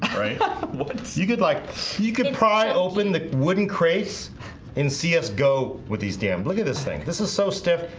you could like you could pry open the wooden crates and see us go with these damn look at this thing this is so stiff.